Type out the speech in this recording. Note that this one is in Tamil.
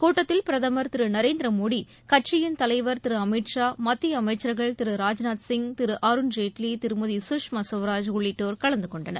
கூட்டத்தில் பிரதமர் திரு நரேந்திரமோடி கட்சியின் தலைவர் திரு அமித்ஷா மத்திய அமைச்சர்கள் திரு ராஜ்நாத்சிங் திரு அருண்ஜேட்லி திருமதி சுஷ்மா ஸ்வராஜ் உள்ளிட்டோர் கலந்து கொண்டனர்